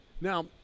Now